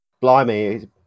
Blimey